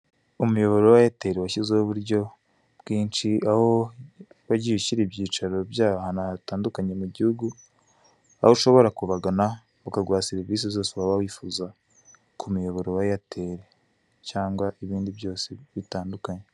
Umuyoboro wa Eyateri washyizeho uburyo bwinshi, aho wagiye ushyira ibyicaro byawo ahantu hatandukanye mu gihugu, aho ushobora kubagana bakaguha serivisi zose waba wifuza ku muyoboro wa Eyateri cyangwa ibindi byose bitandukanye.